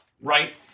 right